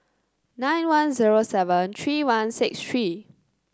nine one zero seven three one six three